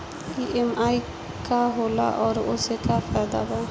EMI का होला और ओसे का फायदा बा?